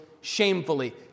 shamefully